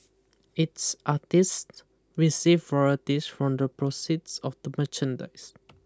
its artists receive royalties from the proceeds of the merchandise